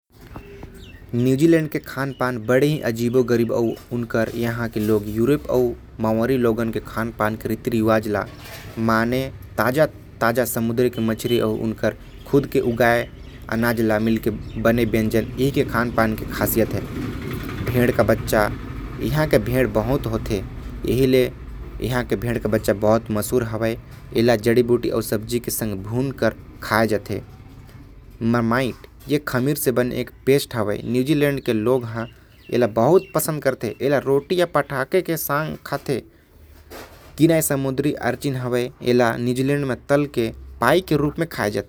न्यूजीलैंड के खाना बहुते अजीब होथे। यहा के लोग मन यूरोप अउ। मवारी मन के खान-पान के रीतिरिवाज मानथे। मछली अउ एमन के अनाज मन ल मिला के बनाये। गए व्यंजन एमन के प्रमुख हवे। भेड़ भी यहा खाये जाथे। मममेट एक बहुते प्रसिद्ध खमीर के बनल पेस्ट होथे। जेके रोटी के साथ यहा खाये जाथे।